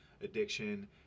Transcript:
addiction